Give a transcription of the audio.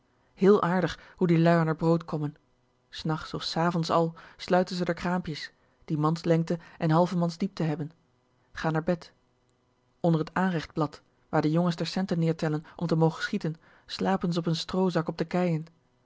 concurrenten héél aardig hoe die lui an r brood kommen s nachts of s avonds al sluiten ze d'r kraampjes die mans lengte en halve mans diepte hebben gaan naar bed onder het aanrechtblad waar de jongens d'r centen neertellen om te mogen schieten slapen ze op n stroozak op de keien